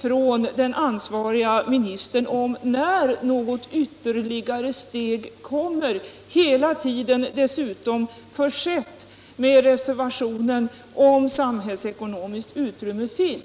från den ansvariga ministern om när något ytterligare steg kommer, hela tiden dessutom försedda med reservationen ”om samhällsekonomiskt utrymme finns”.